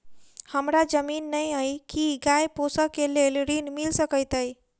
हमरा जमीन नै अई की गाय पोसअ केँ लेल ऋण मिल सकैत अई?